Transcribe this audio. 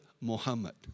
Muhammad